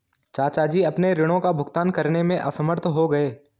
चाचा जी अपने ऋणों का भुगतान करने में असमर्थ हो गए